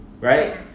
Right